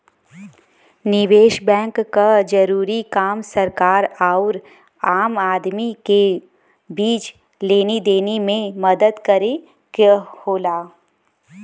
निवेस बैंक क जरूरी काम सरकार आउर आम आदमी क बीच लेनी देनी में मदद करे क होला